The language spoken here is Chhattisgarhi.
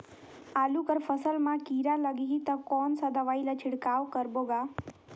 आलू कर फसल मा कीरा लगही ता कौन सा दवाई ला छिड़काव करबो गा?